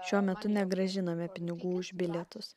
šiuo metu negrąžinome pinigų už bilietus